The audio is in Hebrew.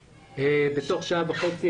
ההמתנה?